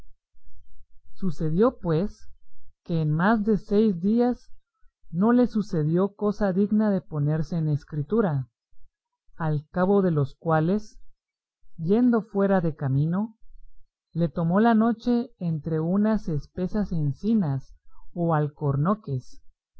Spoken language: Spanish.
sucedió pues que en más de seis días no le sucedió cosa digna de ponerse en escritura al cabo de los cuales yendo fuera de camino le tomó la noche entre unas espesas encinas o alcornoques